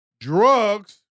drugs